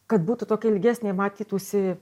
kad būtų tokia ilgesnė matytųsi